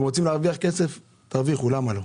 אתם רוצים להרוויח כסף, תרוויחו, למה לא?